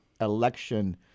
election